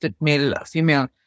male-female